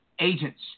agents